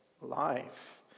life